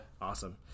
Awesome